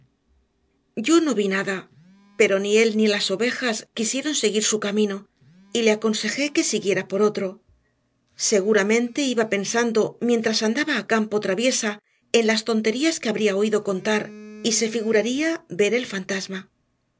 yo no vi nada pero ni él ni las ovejas quisieron seguir su camino y le aconsejé que siguiera por otro seguramente iba pensando mientras andaba a campo traviesa en las tonterías que habría oído contar y se figuraría ver el fantasma